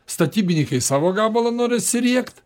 statybininkai savo gabalą nori atsiriekt